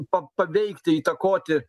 pa paveikti įtakoti